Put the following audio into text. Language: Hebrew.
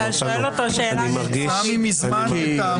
אני מרגיש --- הוא מוצה מזמן לטעמו של האיש.